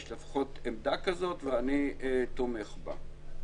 יש לפחות עמדה כזאת ואני תומך בה.